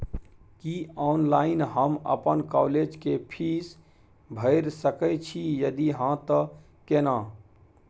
की online हम अपन college के फीस भैर सके छि यदि हाँ त केना?